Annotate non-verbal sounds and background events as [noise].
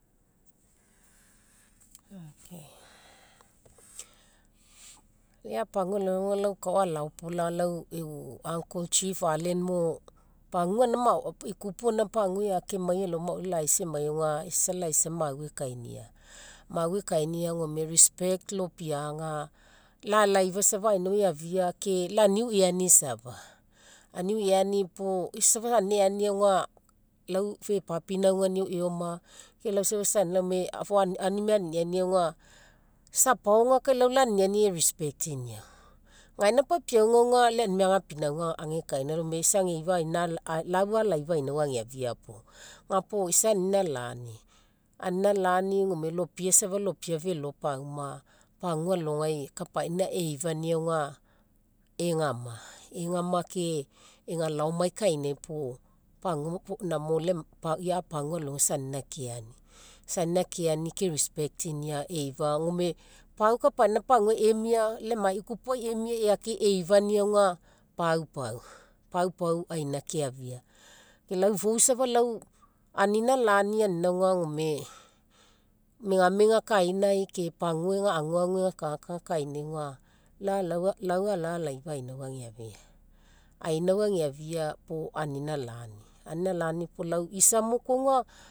Ok. Ia pagua alogai lau kai ao alaopolaga, lau e'u uncle chief allan mo, pagua gaina maoai, ikupu gaina paguai eake emai elao maoai laisa emai auga isa laisa mau ekainia. Mau ekainia gome respect lopiaga, lau alaifa safa ainau ageafia ke lau aniu eani safa. Aniu eani puo. isa safa anina eani lau fe papinauganiau eoma, ke lau safa [unintelligible] aunimai aniniani auga, isa apaoga kai laniniani e'respectiniau. Gaina papiauga auga lai aunimai agapinauga agekaina, gome [hesitation] lau alaifa ainau ageafia puo. Ga puo isa anina lani, anina lani gome lopia isa lopia felo pauma, pagua logai kapaina eifania auga egama. Egama ke ega laomai kainai puo, pagua [hesitation] ia pagua alogai isa anina keani. Isa anina keani ke respectinia eifa, gome pau kapaina paguai emia, lai emai ikupuai emia eake eifania auga paupau. Paupau aina keafia, ke lau ifou safa anina lani anina gome, megamega kainai ke pagua ega aguagu ega kagakaga kainai auga [hesitation] lau alalao alaifa ainau ageafia. Ainau ageafia puo anina lani, anina lani puo lau isa mo koa auga